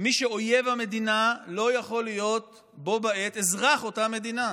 ומי שאויב המדינה לא יכול להיות בה בעת אזרח אותה מדינה,